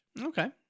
Okay